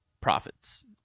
profits